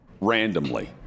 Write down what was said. randomly